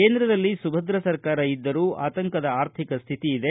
ಕೇಂದ್ರದಲ್ಲಿ ಸುಭದ್ರ ಸರಕಾರ ಇದ್ದರೂ ಆತಂಕದ ಆರ್ಥಿಕ ಸ್ಥಿತಿ ಇದೆ